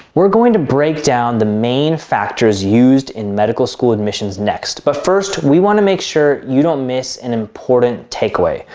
we're going to break down the main factors used in medical school admissions next, but first we want to make sure you don't miss an important takeaway.